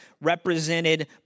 represented